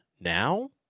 now